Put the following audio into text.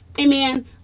Amen